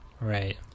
Right